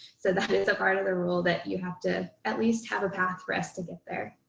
so that is a part of the rule that you have to at least have a path for us to get there,